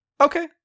Okay